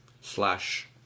slash